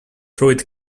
though